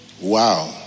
wow